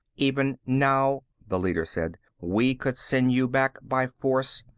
even now, the leader said, we could send you back by force.